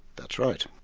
that's right.